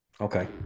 Okay